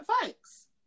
thanks